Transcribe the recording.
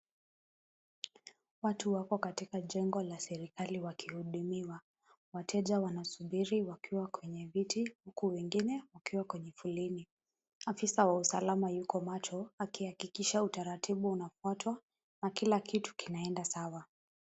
Watu wako katika jengo la serikali wakihudumiwa. Wateja wanasubiri wakiwa kwenye viti huku wengine wakiwa kwenye foleni. Afisa wa usalama yuko macho akihakikisha utaratibu unafuatwa na kila kitu kinaenda sawa.